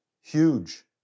huge